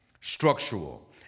structural